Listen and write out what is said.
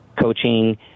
coaching